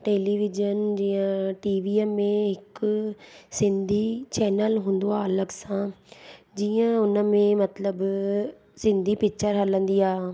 television जीअं टीवीअ में हिक सिंधी चैनल हूंदो आहे अलॻि सां जीअं हुनमें मतिलब सिंधी पिकिचरु हलंदी आहे